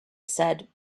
said